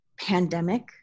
pandemic